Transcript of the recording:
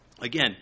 Again